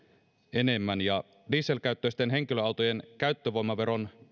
enemmän ja dieselkäyttöisten henkilöautojen käyttövoimaveron